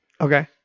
Okay